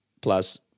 plus